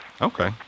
Okay